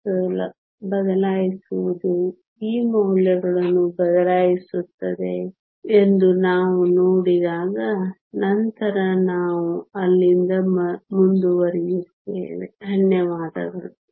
Glossary electron electron ವಿದ್ಯುನ್ಮಾನ Conduction band conduction band ವಾಹಕ band Unit unit ಘಟಕ Scattering scattering ಚದುರುವಿಕೆ Delocalize ಡಿಲೋಕಲೈಸ್ ಸ್ಥಳಾಂತರಿಸು Orbital ಆರ್ಬಿಟಲ್ ಕಕ್ಷೀಯ Optical sensor optical sensor optical ಸಂವೇದಕಗಳು Application ಅಪ್ಲಿಕೇಶನ್ ಅನ್ವಯಿಸುವಿಕೆ